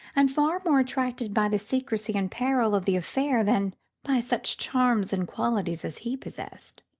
and far more attracted by the secrecy and peril of the affair than by such charms and qualities as he possessed.